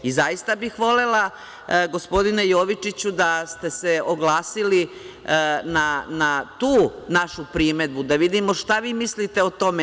I zaista bih volela, gospodine Jovičiću, da ste se oglasili na tu našu primedbu, da vidimo šta vi mislite o tome?